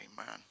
Amen